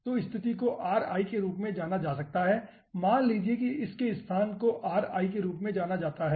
तो स्थिति को ri के रूप में जाना जा सकता है मान लीजिए कि इस के स्थान को ri के रूप में जाना जाता है